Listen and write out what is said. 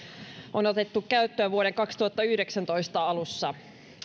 on otettu käyttöön vuoden kaksituhattayhdeksäntoista alussa